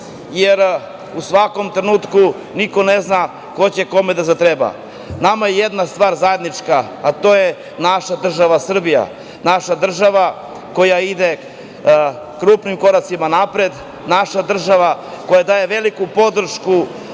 jer u svakom trenutku niko ne zna ko će kome da zatreba. Nama je jedna stvar zajednička, a to je naša država Srbija, naša država koja ide krupnim koracima napred, naša država koja daje veliku podršku,